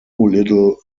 little